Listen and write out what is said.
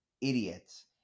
idiots